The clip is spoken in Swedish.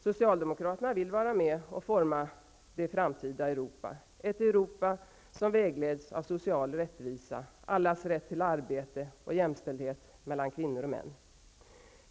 Socialdemokraterna vill vara med och forma det framtida Europa, ett Europa som vägleds av social rättvisa, allas rätt till arbete och jämställdhet mellan kvinnor och män.